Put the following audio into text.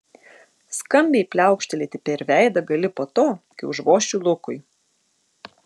skambiai pliaukštelėti per veidą gali po to kai užvošiu lukui